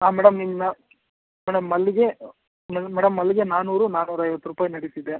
ಹಾಂ ಮೇಡಮ್ ನಿಮ್ಮನ್ನ ಮೇಡಮ್ ಮಲ್ಲಿಗೆ ಮೆಡಮ್ ಮೇಡಮ್ ಮಲ್ಲಿಗೆ ನಾನ್ನೂರು ನಾನ್ನೂರೈವತ್ತು ರೂಪಾಯಿ ನಡೀತಿದೆ